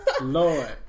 Lord